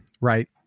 right